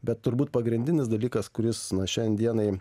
bet turbūt pagrindinis dalykas kuris na šiandien dienai